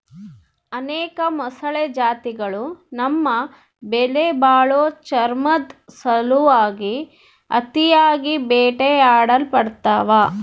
ಅನೇಕ ಮೊಸಳೆ ಜಾತಿಗುಳು ತಮ್ಮ ಬೆಲೆಬಾಳೋ ಚರ್ಮುದ್ ಸಲುವಾಗಿ ಅತಿಯಾಗಿ ಬೇಟೆಯಾಡಲ್ಪಡ್ತವ